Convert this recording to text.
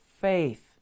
faith